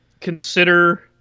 consider